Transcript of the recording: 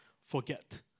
forget